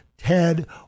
Ted